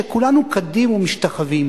שכולנו קדים ומשתחווים,